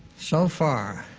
so far,